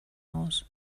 aus